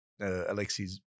Alexi's